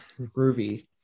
Groovy